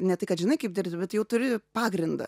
ne tai kad žinai kaip dirbti bet jau turi pagrindą